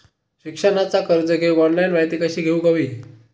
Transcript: शिक्षणाचा कर्ज घेऊक ऑनलाइन माहिती कशी घेऊक हवी?